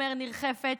אומר ניר חפץ,